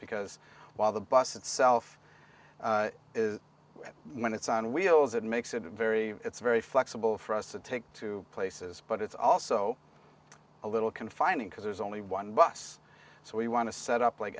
because while the bus itself is when it's on wheels it makes it very very flexible for us to take to places but it's also a little confining because there's only one bus so we want to set up like